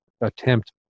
attempt